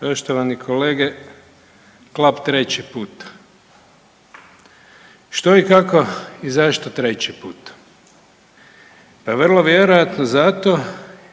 Poštovani kolege, klap 3. puta. Što i kako i zašto 3. puta? Pa vrlo vjerojatno zato